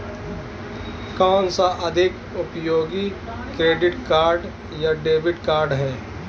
कौनसा अधिक उपयोगी क्रेडिट कार्ड या डेबिट कार्ड है?